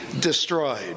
destroyed